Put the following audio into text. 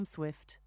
Swift